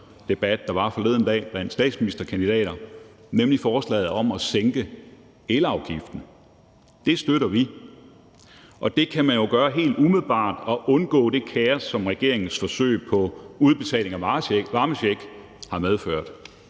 der var forleden dag blandt statsministerkandidaterne. Det var nemlig forslaget om at sænke elafgiften. Det støtter vi. Det kan man jo gøre helt umiddelbart og undgå det kaos, som regeringens forsøg på udbetaling af varmecheck har medført.